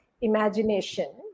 imagination